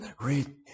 Read